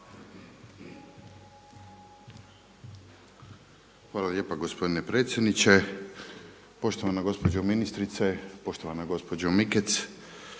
Hvala lijepa gospodine predsjedniče. Poštovana gospođo ministrice, poštovana gospođo Mikec